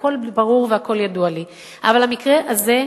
הכול ברור והכול ידוע לי, אבל המקרה הזה,